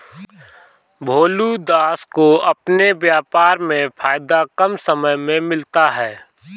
भोलू दास को अपने व्यापार में फायदा कम समय में मिलता है